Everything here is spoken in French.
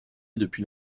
depuis